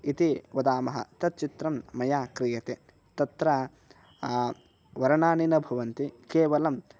इति वदामः तत् चित्रं मया क्रियते तत्र वर्णानि न भवन्ति केवलं